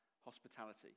hospitality